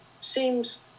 seems